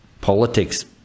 politics